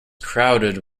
crowded